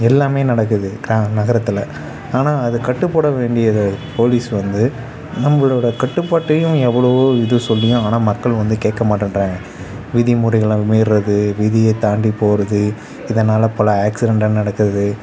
எல்லாமே நடக்குது ந நகரத்தில் ஆனால் அது கட்டுப்பட வேண்டியது போலீஸ் வந்து நம்மளோட கட்டுப்பாட்டையும் எவ்வளோ வந்து சொல்லியும் ஆனால் மக்கள் வந்து கேட்கமாட்டேன்றாங்க விதிமுறைகளை மீறுவது விதியை தாண்டி போகிறது இதனால் பல ஆக்சிரென்ட்லாம் நடக்குது